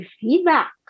feedback